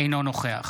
אינו נוכח